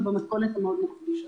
במתכונת הזאת.